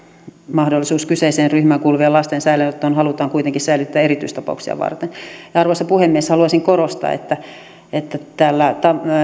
mahdollisuus kyseiseen ryhmään kuuluvien lasten säilöönottoon halutaan kuitenkin säilyttää erityistapauksia varten arvoisa puhemies haluaisin korostaa että että tällä